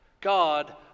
God